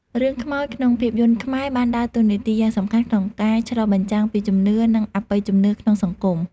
រឿងខ្មោចក្នុងភាពយន្តខ្មែរបានដើរតួនាទីយ៉ាងសំខាន់ក្នុងការឆ្លុះបញ្ចាំងពីជំនឿ និងអបិយជំនឿក្នុងសង្គម។